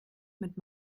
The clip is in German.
mit